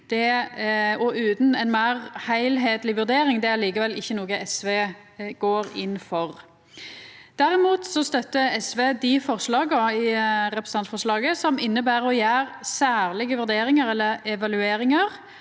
og utan ei meir heilskapleg vurdering, er likevel ikkje noko SV går inn for. Derimot støttar SV dei forslaga i representantforslaget som inneber å gjera særlege vurderingar eller evalueringar,